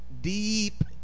deep